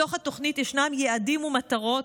בתוך התוכנית ישנם יעדים ומטרות,